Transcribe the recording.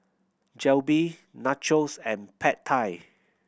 Jalebi Nachos and Pad Thai